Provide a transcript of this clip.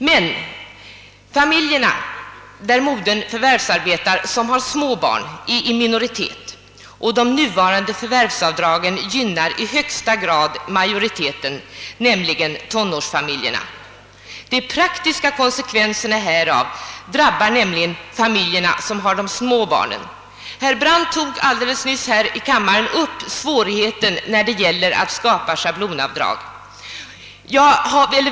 De familjer med små barn .där modern förvärvsarbetar är i minoritet, medan de nuvarande avdragen gynnar i högsta grad majoriteten, nämligen familjer med barn i tonåren. De negativa konsekvenserna drabbar alltså familjerna med de små barnen. Herr Brandt berörde här alldeles nyss svårigheterna att skapa regler för schablonavdrag.